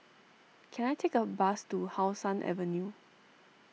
can I take a bus to How Sun Avenue